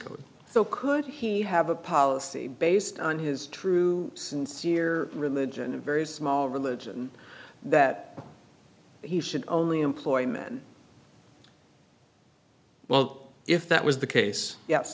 code so could he have a policy based on his true sincere religion a very small religion that he should only employ men well if that was the case yes